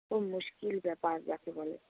খুব মুশকিল ব্যাপার যাকে বলে